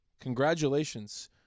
Congratulations